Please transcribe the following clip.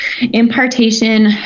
impartation